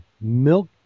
milk